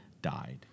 died